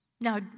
Now